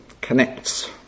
connects